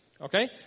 okay